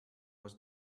was